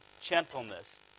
gentleness